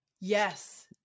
Yes